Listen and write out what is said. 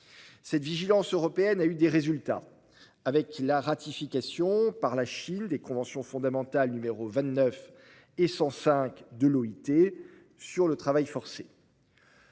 Cette vigilance européenne a eu des résultats, avec la ratification par la Chine des conventions fondamentales n 29 et 105 de l'OIT sur le travail forcé.